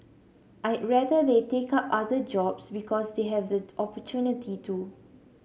I'd rather they take up other jobs because they have the opportunity to